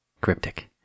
Cryptic